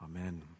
Amen